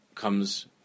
comes